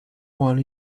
one